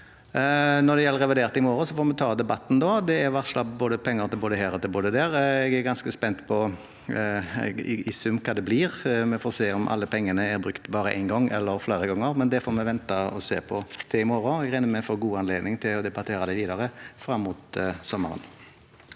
i morgen, får vi ta debatten da. Det er varslet penger både her og der, og jeg er ganske spent på hva det blir i sum. Vi får se om alle pengene er brukt bare en gang eller flere ganger, men det får vi vente og se på i morgen. Jeg regner med vi får god anledning til å debattere det videre frem mot sommeren.